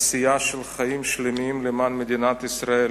עשייה של חיים שלמים למען מדינת ישראל